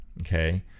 okay